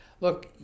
Look